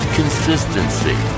consistency